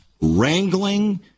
wrangling